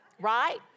Right